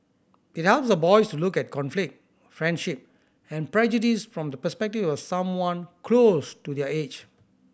it helps the boys to look at conflict friendship and prejudice from the perspective of someone close to their age